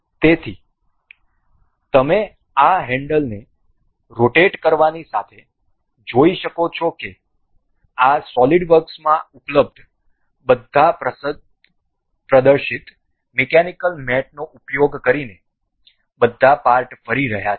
તેથી તમે આ હેન્ડલને રોટેટ કરવાની સાથે તમે જોઈ શકો છો કે આ સોલિડ વર્ક્સમાં ઉપલબ્ધ બધા પ્રદર્શિત મિકેનિકલ મેટઓનો ઉપયોગ કરીને બધા પાર્ટ ફરી રહ્યા છે